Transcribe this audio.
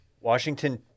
washington